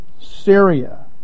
Syria